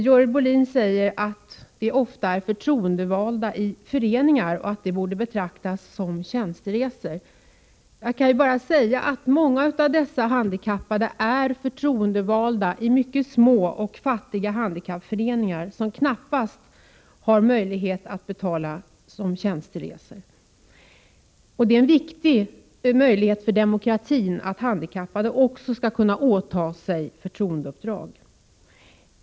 Görel Bohlin säger att det ofta är förtroendevalda i föreningar, och att resorna för dem bör betraktas som tjänsteresor. Många av dessa handikappade är förtroendevalda i mycket små och fattiga handikappföreningar, som knappast har möjlighet att betala för resorna som tjänsteresor. Det är en viktig möjlighet för demokratin att också handikappade skall kunna åta sig förtroendeuppdrag.